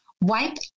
Wipe